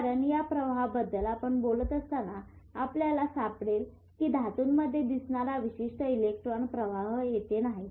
कारण या प्रवाहाबद्दल आपण बोलत असताना आपल्याला सापडेल की धातूंमध्ये दिसणारा विशिष्ट इलेक्ट्रॉन प्रवाह येथे नाही